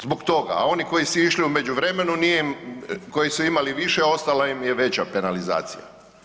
Zbog toga, a oni koji su išli u međuvremenu nije im, koji su imali više ostala im je veća penalizacija.